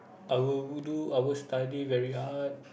I will do I will study very hard